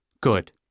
Good